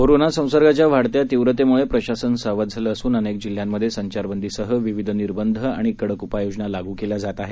corona संसर्गाच्या वाढत्या तीव्रतेमुळे प्रशासन सावध झाले असून अनेक जिल्ह्यांमधे संचारबंदीसह विविध निर्बंध आणि कडक उपाययोजना लागू केल्या जात आहेत